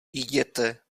jděte